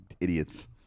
idiots